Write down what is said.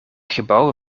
gebouw